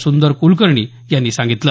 सुंदर कुलकर्णी यांनी सांगितलं